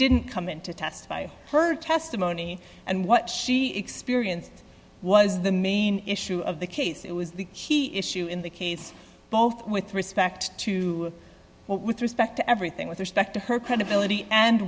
didn't come in to testify her testimony and what she experienced was the main issue of the case it was the key issue in the case both with respect to with respect to everything with respect to her credibility and